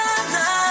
love